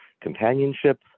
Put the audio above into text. companionship